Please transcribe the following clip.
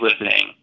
listening